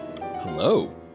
Hello